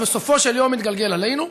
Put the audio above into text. שבסופו של יום יתגלגל עלינו.